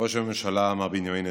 ראש הממשלה מר בנימין נתניהו.